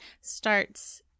starts